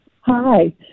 Hi